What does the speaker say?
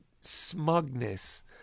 smugness